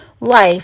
life